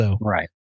Right